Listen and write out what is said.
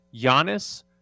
Giannis